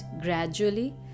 gradually